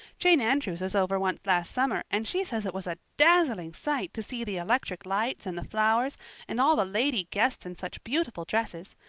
jane andrews was over once last summer and she says it was a dazzling sight to see the electric lights and the flowers and all the lady guests in such beautiful dresses.